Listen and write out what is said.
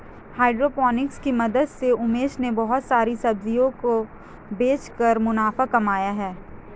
hydroponics की मदद से उमेश ने बहुत सारी सब्जियों को बेचकर मुनाफा कमाया है